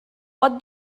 pot